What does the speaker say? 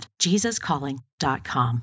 jesuscalling.com